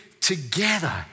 together